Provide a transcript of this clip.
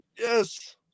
Yes